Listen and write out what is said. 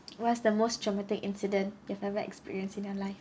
what's the most traumatic incident you've ever experience in your life